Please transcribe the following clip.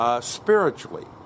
spiritually